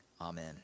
Amen